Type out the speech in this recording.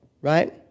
right